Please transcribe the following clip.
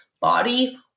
body